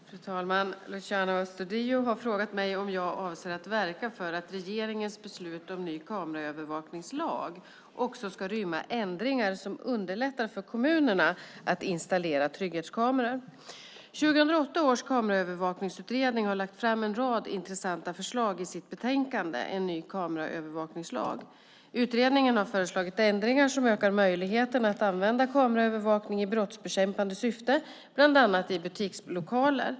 Fru talman! Luciano Astudillo har frågat mig om jag avser att verka för att regeringens beslut om en ny kameraövervakningslag också ska rymma ändringar som underlättar för kommunerna att installera trygghetskameror. 2008 års kameraövervakningsutredning har lagt fram en rad intressanta förslag i sitt betänkande En ny kameraövervakningslag . Utredningen har föreslagit ändringar som ökar möjligheterna att använda kameraövervakning i brottsbekämpande syfte, bland annat i butikslokaler.